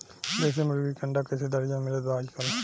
देशी मुर्गी के अंडा कइसे दर्जन मिलत बा आज कल?